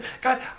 God